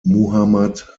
muhammad